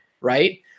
right